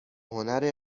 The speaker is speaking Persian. هنر